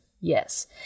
Yes